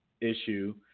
issue